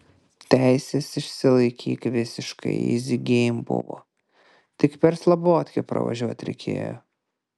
teises išsilaikyt visiškai yzi geim buvo tik per slabotkę pravažiuot reikėjo